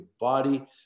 body